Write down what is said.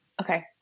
Okay